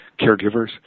caregivers